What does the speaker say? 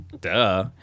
Duh